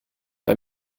bei